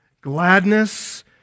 gladness